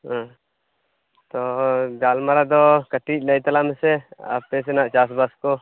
ᱛᱚ ᱜᱟᱞᱢᱟᱨᱟᱣ ᱫᱚ ᱠᱟᱹᱴᱤᱡ ᱞᱟᱹᱭ ᱛᱟᱞᱟᱝ ᱢᱮᱥᱮ ᱟᱯᱮ ᱥᱮᱱᱟᱜ ᱪᱟᱥᱵᱟᱥ ᱠᱚ